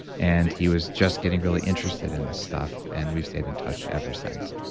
and he was just getting really interested in this stuff, and we've stayed in touch ever since.